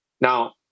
Now